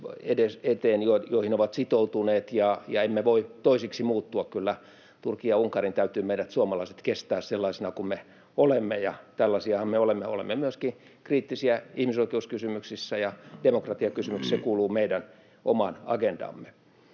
eteen, joihin ovat sitoutuneet, ja emme voi toisiksi muuttua. Kyllä Turkin ja Unkarin täytyy meidät suomalaiset kestää sellaisina kuin me olemme, ja tällaisiahan me olemme. Olemme myöskin kriittisiä ihmisoikeuskysymyksissä ja demokratiakysymyksissä, se kuuluu meidän omaan agendaamme.